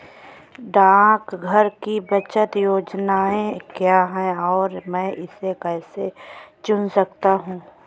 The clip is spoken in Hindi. डाकघर की बचत योजनाएँ क्या हैं और मैं इसे कैसे चुन सकता हूँ?